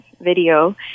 video